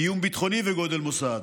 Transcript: איום ביטחוני וגודל מוסד.